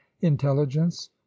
intelligence